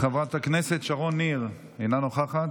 חברת הכנסת שרון ניר, אינה נוכחת,